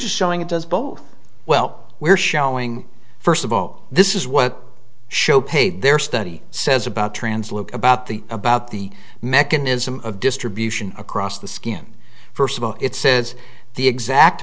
just showing it does both well we're showing first of all this is what show paid their study says about trans luke about the about the mechanism of distribution across the skin first of all it says the exact